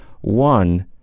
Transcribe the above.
One